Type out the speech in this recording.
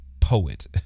poet